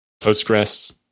Postgres